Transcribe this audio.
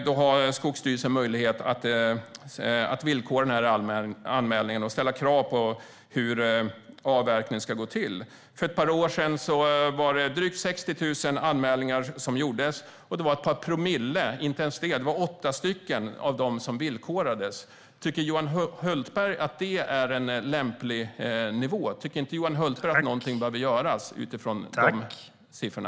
Då har Skogsstyrelsen möjlighet att villkora anmälan och ställa krav på hur avverkningen ska gå till. För ett par år sedan gjordes drygt 60 000 anmälningar, och det var ett par promille eller inte ens det utan åtta stycken som villkorades. Tycker Johan Hultberg att det är en lämplig nivå? Tycker inte Johan Hultberg att någonting behöver göras utifrån de siffrorna?